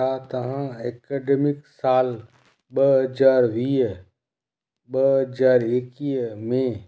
छा तव्हां एकैडमिक ॿ हज़ार वीह ॿ हज़ार एकवीह में